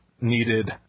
needed